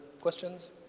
questions